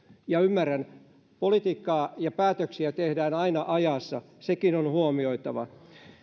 ymmärrän että politiikkaa ja päätöksiä tehdään aina ajassa sekin on huomioitava